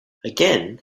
again